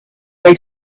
they